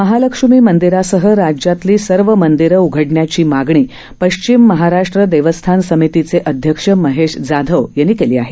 महालक्ष्मी मंदिरासह राज्यातली सर्व मंदिरं उघडण्याची मागणी पश्चिम महाराष्ट्र देवस्थान समितीचे अध्यक्ष महेश जाधव यांनी केली आहे